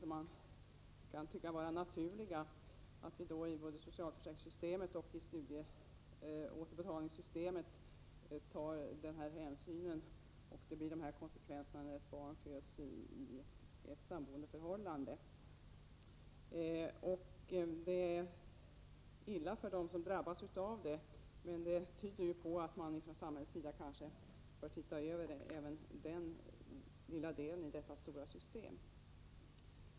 Man kan ju tycka att det vore naturligt att i socialförsäkringssystemet och i systemet för återbetalning av studiemedel ta sådana hänsyn att det inte uppstår konsekvenser av det slag som jag har tagit upp i interpellationen när ett barn föds i ett samboendeförhållande. Det är illa för dem som drabbas att det blir sådana konsekvenser, och det gör att det finns anledning att titta över även den lilla delen av detta stora system.